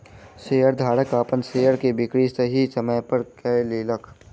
शेयरधारक अपन शेयर के बिक्री सही समय पर कय लेलक